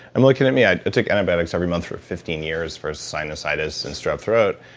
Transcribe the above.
and look at at me, i took antibiotics every month for fifteen years, for sinusitis and strep throat,